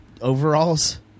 overalls